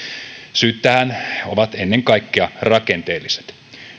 syyt tähän ovat ennen kaikkea rakenteelliset